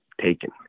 taken